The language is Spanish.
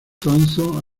thompson